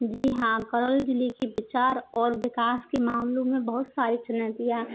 जी हाँ करौली जिले के विचार और विकास के मामलों में बहुत सारी चुनौतीयाँ